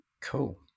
Cool